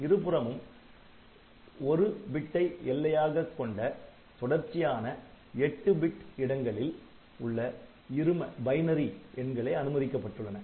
இருபுறமும் '1' பிட்டை எல்லையாகக் கொண்ட தொடர்ச்சியான 8 பிட் இடங்களில் உள்ள இரும எண்களே அனுமதிக்கப்பட்டுள்ளன